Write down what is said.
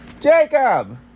Jacob